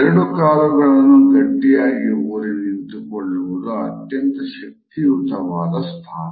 ಎರಡು ಕಾಲುಗಳನ್ನು ಗಟ್ಟಿಯಾಗಿ ಊರಿ ನಿಂತುಕೊಳ್ಳುವುದು ಅತ್ಯಂತ ಶಕ್ತಿಯುತವಾದ ಸ್ಥಾನ